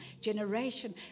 Generation